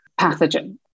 pathogen